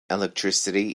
electricity